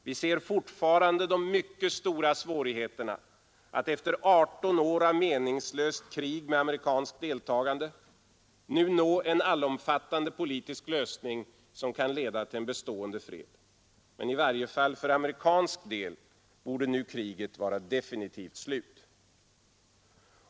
Vi ser fortfarande de mycket stora svårigheterna att efter 18 år av meningslöst krig med amerikanskt deltagande nu nå en allomfattande politisk lösning som kan leda till en bestående fred. Men i varje fall för amerikansk del borde nu kriget vara definitivt slut.